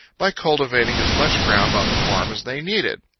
by cultivating as much ground on the farm as they needed.